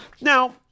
now